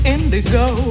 Indigo